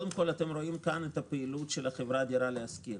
אתם רואים כאן את הפעילות של חברת דירה להשכיר,